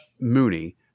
Mooney